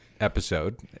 episode